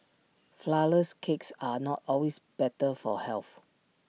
Flourless Cakes are not always better for health